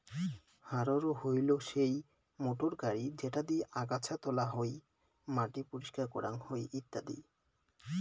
harrow হইলো সেই motor গাড়ি যেটা দিয়ে আগাছা তোলা হই, মাটি পরিষ্কার করাং হই ইত্যাদি